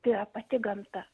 tai yra pati gamta